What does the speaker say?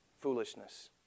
foolishness